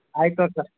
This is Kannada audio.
ಆಯಿತು ಸರ್